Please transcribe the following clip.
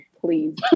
Please